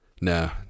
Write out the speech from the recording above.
No